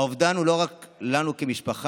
האובדן הוא לא רק לנו כמשפחה,